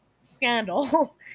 scandal